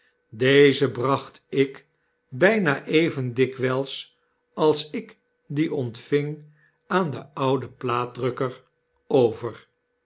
deze bracht ik byna even dikwijls als ik die ontving aan den ouden plaatdrukker over